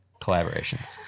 collaborations